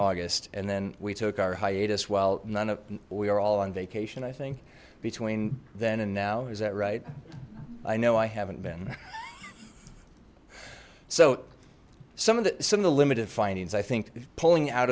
august and then we took our hiatus well none of we are all on vacation i think between then and now is that right i know i haven't been so some of the some of the limited findings i think pulling out